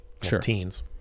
teens